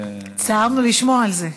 הצטערנו לשמוע על זה.